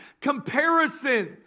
comparison